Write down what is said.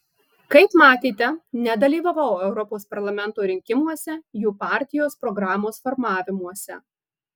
kaip matėte nedalyvavau europos parlamento rinkimuose jų partijos programos formavimuose